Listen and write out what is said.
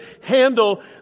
handle